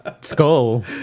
skull